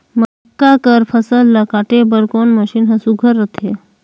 मक्का कर फसल ला काटे बर कोन मशीन ह सुघ्घर रथे?